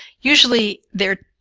usually they are,